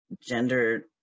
gender